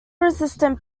resistant